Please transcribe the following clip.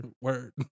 Word